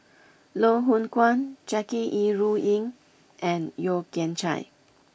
Loh Hoong Kwan Jackie Yi Ru Ying and Yeo Kian Chye